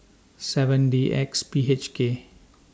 seven D X P H K